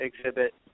exhibit